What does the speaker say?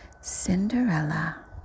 Cinderella